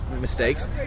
mistakes